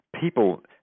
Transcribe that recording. people